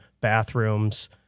bathrooms